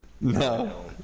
no